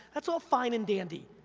that's all fine and dandy.